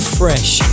fresh